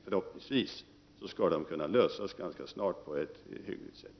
Förhoppningsvis skall dessa ganska snart kunna lösas på ett hyggligt sätt.